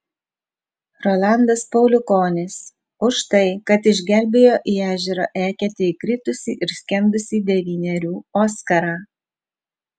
rolandas pauliukonis už tai kad išgelbėjo į ežero eketę įkritusį ir skendusį devynerių oskarą